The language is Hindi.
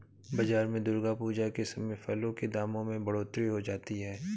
बाजार में दुर्गा पूजा के समय फलों के दामों में बढ़ोतरी हो जाती है